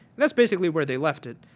that is basically where they left it.